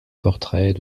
portraits